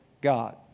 God